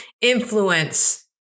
influence